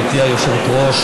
גברתי היושבת-ראש,